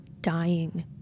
dying